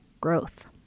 growth